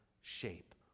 shape